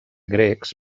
grecs